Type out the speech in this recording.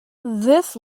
this